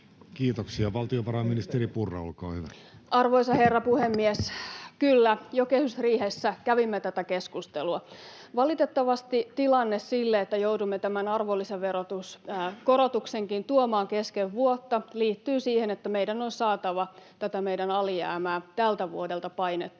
Kiitoksia. — Valtiovarainministeri Purra, olkaa hyvä. Arvoisa herra puhemies! Kyllä, jo kehysriihessä kävimme tätä keskustelua. Valitettavasti tilanne sille, että joudumme tämän arvonlisäverokorotuksenkin tuomaan kesken vuotta, liittyy siihen, että meidän on saatava tätä meidän alijäämää tältä vuodelta painettua